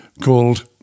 called